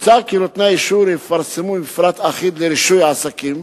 מוצע כי נותני האישור יפרסמו מפרט אחיד לרישוי עסקים,